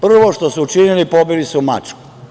Prvo što su učinili pobili su Mačvu.